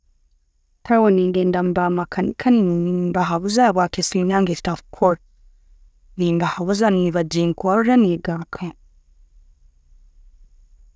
Hati aho nengenda mubamakanika nembahabuza habwaki esimu yange etakukora, nembahabuza nebaginkora negarukaho.